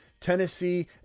Tennessee